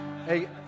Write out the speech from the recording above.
Hey